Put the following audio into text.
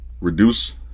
Reduce